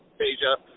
Asia